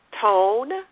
tone